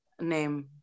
name